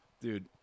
Dude